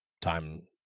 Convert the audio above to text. time